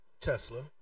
Tesla